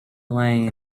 layne